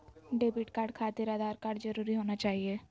Debit card खातिर Aadhaar card जरूरी होना चाहिए?